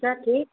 अच्छा ठीक